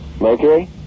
Mercury